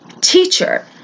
teacher